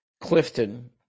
Clifton